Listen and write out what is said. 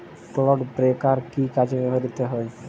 Clod breaker কি কাজে ব্যবহৃত হয়?